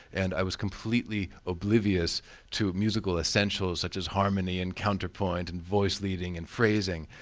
and i was completely oblivious to musical essentials such as harmony, and counterpoint, and voice leading and phrasing.